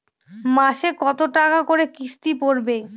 মাসে কত টাকা করে কিস্তি পড়বে?